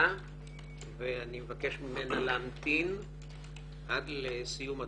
ואני מבקש ממנה להמתין עד לסיום הדוח,